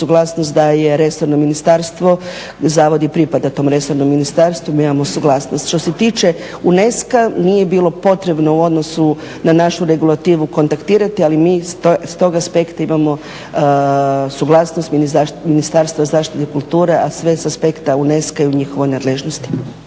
daje resorno ministarstvo. Zavod i pripada tom resornom ministarstvu, mi imamo suglasnost. Što se tiče UNESCO-a nije bilo potrebno u odnosu na našu regulativu kontaktirati, ali mi s tog aspekta imamo suglasnost Ministarstva zaštite kulture, a sve s aspekta UNESCO-a i u njihovoj nadležnosti.